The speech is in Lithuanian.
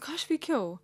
ką aš veikiau